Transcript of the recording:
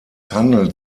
handelt